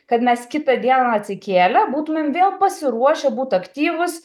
kad mes kitą dieną atsikėlę būtumėm vėl pasiruošę būt aktyvus